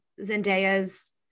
Zendaya's